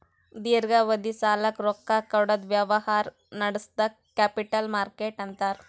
ದೀರ್ಘಾವಧಿ ಸಾಲಕ್ಕ್ ರೊಕ್ಕಾ ಕೊಡದ್ ವ್ಯವಹಾರ್ ನಡ್ಸದಕ್ಕ್ ಕ್ಯಾಪಿಟಲ್ ಮಾರ್ಕೆಟ್ ಅಂತಾರ್